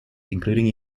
including